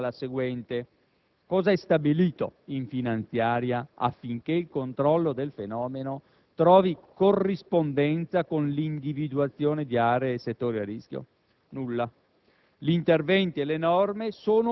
La domanda che mi pongo è allora la seguente: cosa è stabilito in finanziaria affinché il controllo del fenomeno trovi corrispondenza con l'individuazione di aree e settori a rischio? Nulla.